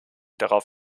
darauf